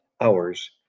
hours